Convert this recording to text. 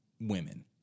women